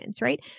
right